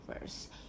first